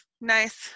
nice